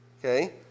Okay